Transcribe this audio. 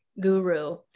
guru